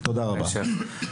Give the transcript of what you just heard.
תודה רבה.